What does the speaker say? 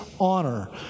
honor